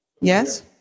Yes